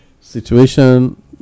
situation